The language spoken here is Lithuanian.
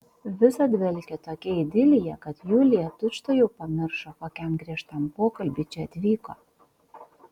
visa dvelkė tokia idilija kad julija tučtuojau pamiršo kokiam griežtam pokalbiui čia atvyko